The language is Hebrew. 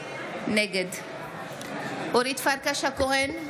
נגד אורית פרקש הכהן,